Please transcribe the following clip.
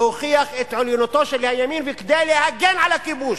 להוכיח את עליונותו של הימין וכדי להגן על הכיבוש.